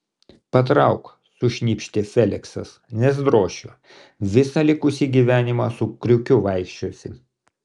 patrauk sušnypštė feliksas nes drošiu visą likusį gyvenimą su kriukiu vaikščiosi